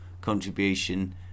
contribution